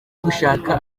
gushaka